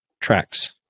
tracks